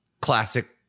Classic